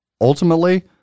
Ultimately